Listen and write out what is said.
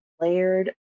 layered